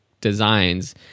designs